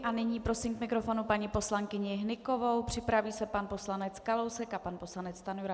A nyní prosím k mikrofonu paní poslankyni Hnykovou, připraví se pan poslanec Kalousek a pan poslanec Stanjura.